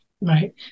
Right